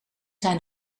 zijn